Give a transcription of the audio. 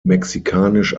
mexikanisch